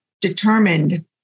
determined